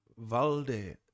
Valde